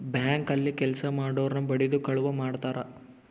bank ಅಲ್ಲಿ ಕೆಲ್ಸ ಮಾಡೊರ್ನ ಬಡಿದು ಕಳುವ್ ಮಾಡ್ತಾರ